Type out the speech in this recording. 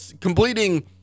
completing